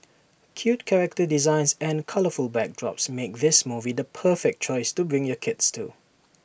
cute character designs and colourful backdrops make this movie the perfect choice to bring your kids to